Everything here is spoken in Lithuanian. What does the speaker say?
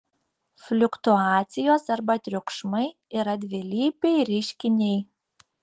fliuktuacijos arba triukšmai yra dvilypiai reiškiniai